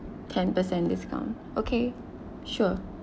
ten percent discount okay sure